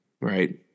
right